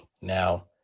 Now